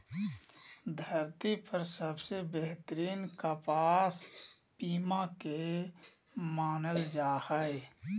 धरती पर सबसे बेहतरीन कपास पीमा के मानल जा हय